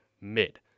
mid